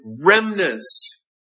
remnants